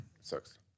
Sucks